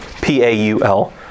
P-A-U-L